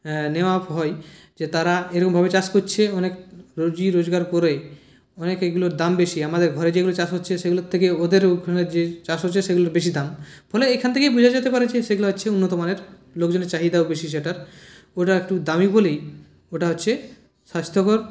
নেওয়া হয় যে তারা এরকম ভাবে চাষ করছে অনেক রুজি রোজগার করে অনেক এগুলোর দাম বেশী আমাদের ঘরে যেগুলো চাষ হচ্ছে সেগুলোর থেকে ওদের ওখানে যে চাষ হচ্ছে সেগুলোর বেশী দাম ফলে এখান থেকেই বোঝা যেতে পারে যে সেগুলো আছে উন্নতমানের লোকজনের চাহিদাও বেশী সেটার ওটা একটু দামি বলেই ওটা হচ্ছে স্বাস্থ্যকর